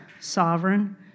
sovereign